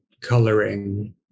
coloring